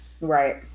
right